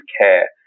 care